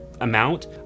amount